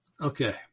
Okay